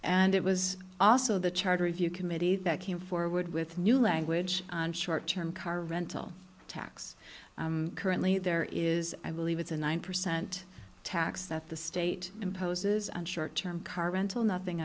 and it was also the charter review committee that came forward with new language short term car rental tax currently there is i believe it's a nine percent tax that the state imposes on short term car rental nothing